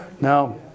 Now